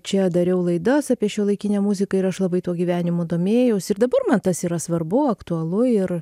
čia dariau laidas apie šiuolaikinę muziką ir aš labai tuo gyvenimu domėjaus ir dabar man tas yra svarbu aktualu ir